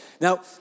Now